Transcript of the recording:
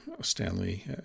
stanley